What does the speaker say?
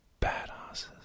badasses